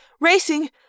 racing